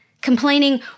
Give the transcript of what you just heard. Complaining